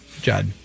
Judd